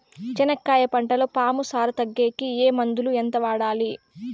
చెనక్కాయ పంటలో పాము సార తగ్గేకి ఏ మందులు? ఎంత వాడాలి?